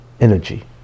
energy